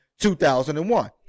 2001